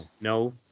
no